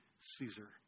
Caesar